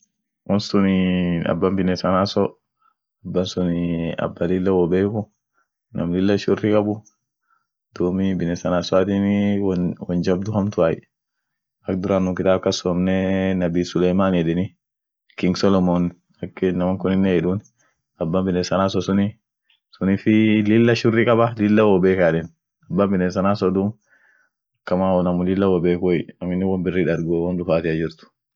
chinanii ada ishia ada biria lila heshima yedeni iyo amine gamada, gamadine hiddenite